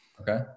okay